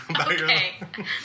Okay